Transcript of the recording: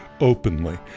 openly